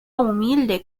humilde